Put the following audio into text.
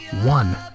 One